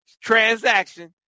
transaction